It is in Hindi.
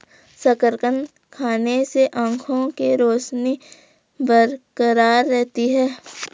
शकरकंद खाने से आंखों के रोशनी बरकरार रहती है